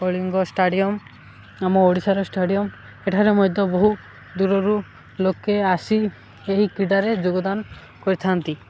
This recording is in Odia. କଳିଙ୍ଗ ଷ୍ଟାଡିୟମ୍ ଆମ ଓଡ଼ିଶାର ଷ୍ଟାଡିୟମ୍ ଏଠାରେ ମଧ୍ୟ ବହୁ ଦୂରରୁ ଲୋକେ ଆସି ଏହି କ୍ରୀଡ଼ାରେ ଯୋଗଦାନ କରିଥାନ୍ତି